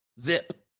Zip